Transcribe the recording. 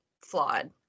flawed